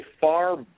far